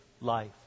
life